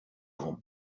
dom